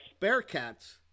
Bearcats